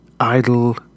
idle